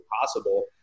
possible